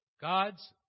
God's